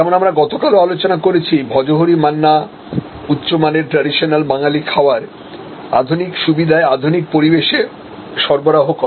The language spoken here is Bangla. যেমন আমরা গতকালও আলোচনা করেছি ভজহরি মান্না উচ্চ মানেরট্রেডিশনাল বাঙালি খাবার আধুনিক সুবিধায় আধুনিক পরিবেশে সরবরাহ করে